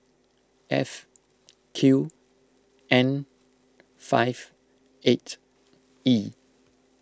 F Q N five eight E